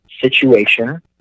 situation